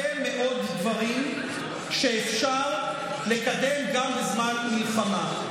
יש הרבה מאוד דברים שאפשר לקדם גם בזמן מלחמה.